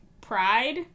pride